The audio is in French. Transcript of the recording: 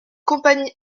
compagnie